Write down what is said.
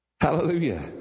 Hallelujah